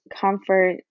comfort